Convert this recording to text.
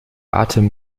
atem